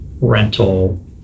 rental